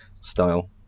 style